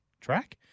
track